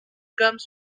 comes